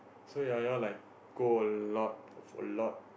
so ya you all like go a lot a lot